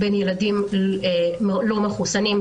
בין ילדים לא מחוסנים,